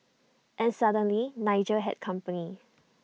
and suddenly Nigel had company